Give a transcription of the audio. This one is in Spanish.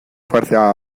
fuerza